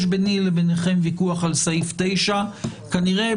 יש ביני וביניכם ויכוח על סעיף 9. כנראה,